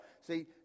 See